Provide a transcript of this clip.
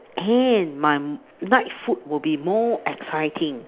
can my night food will be more exciting